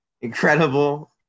incredible